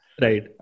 Right